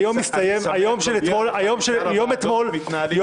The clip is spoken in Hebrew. אני שמח שבשאר הוועדות מתנהלים דיונים בשקט,